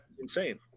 Insane